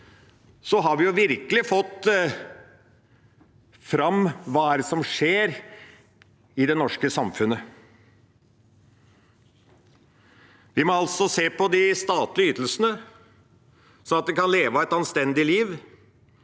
har vi virkelig fått fram hva det er som skjer i det norske samfunnet. Vi må se på de statlige ytelsene, slik at en kan leve et anstendig liv,